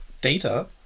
data